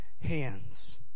hands